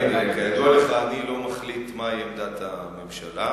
כידוע לך, אני לא מחליט מהי עמדת הממשלה.